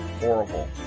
horrible